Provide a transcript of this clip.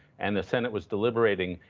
and the senate was deliberating,